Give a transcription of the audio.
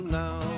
now